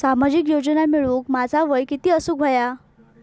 सामाजिक योजना मिळवूक माझा वय किती असूक व्हया?